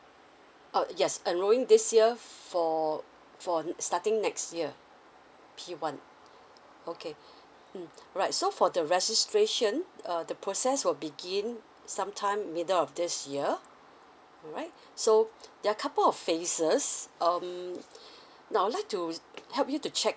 oh yes enrolling this year for for starting next year P one okay hmm right so for the registration err the process will begin some time middle of this year alright so there are couple of phases um now I'd like to help you to check